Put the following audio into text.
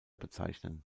bezeichnen